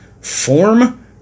form